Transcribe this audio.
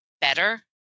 better